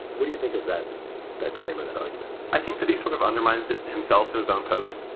what do you think of that that claim or that argument? i think that he sort of undermines it himself in his own post.